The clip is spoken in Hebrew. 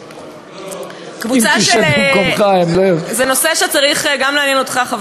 זה נושא שצריך לעניין גם אותך,